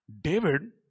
David